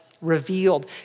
revealed